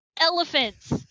elephants